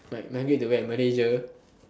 like migrate to where Malaysia